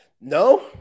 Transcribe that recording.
No